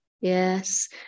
Yes